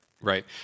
Right